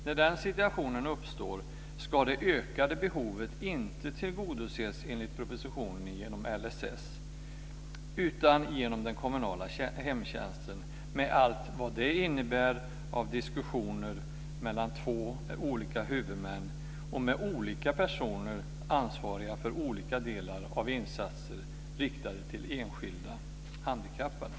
När den situationen uppstår ska det ökade behovet enligt propositionen inte tillgodoses genom LSS utan genom den kommunala hemtjänsten, med allt vad det innebär av diskussioner mellan två olika huvudmän och med olika personer ansvariga för olika delar av insatser riktade till enskilda handikappade.